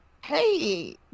hey